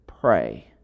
pray